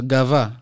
Gava